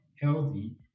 healthy